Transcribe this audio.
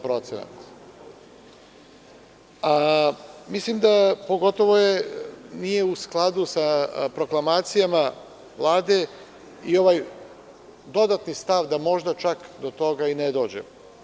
Pogotovo nije u skladu sa proklamacijama Vlade i ovaj dodatni stav, da možda čak do toga i ne dođe.